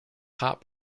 hop